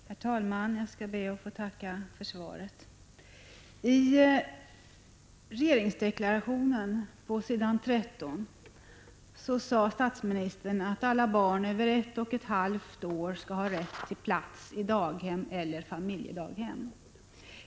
Herr talman! Jag ber att få tacka för svaret. I regeringsdeklarationen på s. 13 säger statsministern att alla barn över ett och ett halvt år skall ha rätt till plats i daghem eller i familjedaghem.